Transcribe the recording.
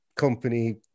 Company